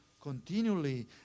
continually